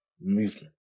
movement